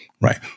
Right